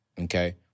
okay